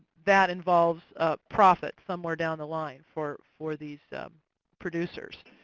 that involves profit somewhere down the line for for these producers.